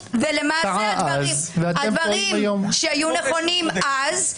הדברים שהיו נכונים אז,